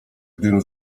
gdybym